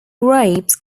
grapes